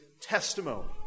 testimony